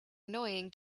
annoying